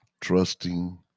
trusting